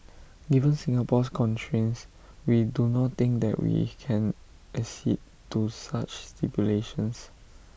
given Singapore's constraints we do not think that we can accede to such stipulations